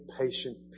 patient